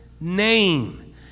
name